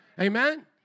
Amen